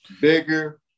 Bigger